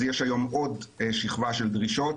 יש היום עוד שכבה של דרישות,